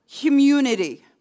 community